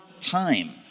time